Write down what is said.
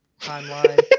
timeline